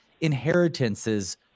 inheritances